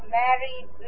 married